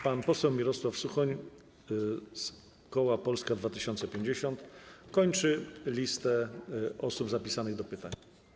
Pan poseł Mirosław Suchoń z koła Polska 2050 kończy listę osób zapisanych do pytań.